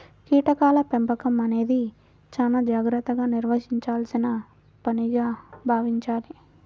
కీటకాల పెంపకం అనేది చాలా జాగర్తగా నిర్వహించాల్సిన పనిగా భావించాలి